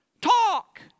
talk